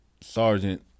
Sergeant